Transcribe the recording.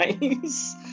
nice